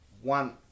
one